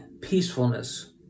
peacefulness